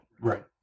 Right